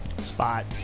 Spot